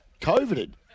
Coveted